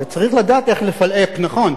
צריך לדעת איך "לְפַלְאֶפּ" נכון.